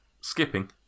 Skipping